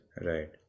Right